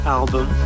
album